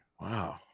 Wow